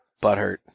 butthurt